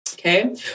Okay